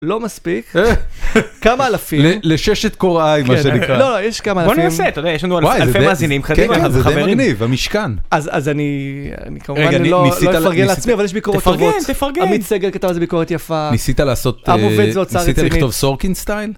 לא מספיק, כמה אלפים, לששת קוראים, יש כמה אלפים, יש לנו אלפי מזינים חדימה, זה מגניב, המשכן, אז אני כמובן לא אפרגן על עצמי, אבל יש ביקורת יפה, ניסית לכתוב סורקינסטיין?